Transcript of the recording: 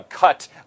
cut